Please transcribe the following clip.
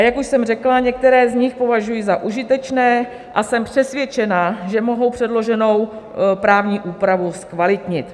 Jak už jsem řekla, některé z nich považuji za užitečné a jsem přesvědčena, že mohou předloženou právní úpravu zkvalitnit.